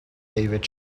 david